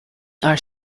are